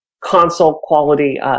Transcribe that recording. console-quality